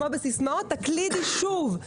תקלידי שוב,